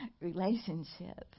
relationship